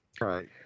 Right